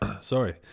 Sorry